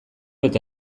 eta